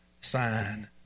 sign